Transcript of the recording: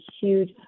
huge